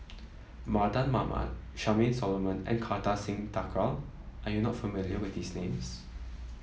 Mardan Mamat Charmaine Solomon and Kartar Singh Thakral are you not familiar with these names